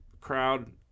crowd